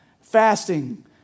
fasting